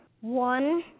One